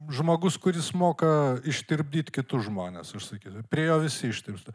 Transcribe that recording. žmogus kuris moka ištirpdyt kitus žmones aš sakys prie jo visi ištirpsta